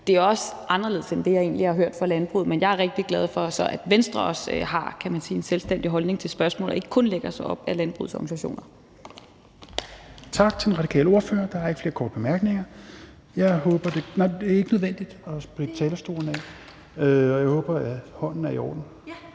det er også anderledes end det, jeg egentlig har hørt fra landbruget, men jeg er så rigtig glad for, at Venstre også har, kan man sige, en selvstændig holdning til spørgsmålet og ikke kun lægger sig op ad landbrugets organisationer.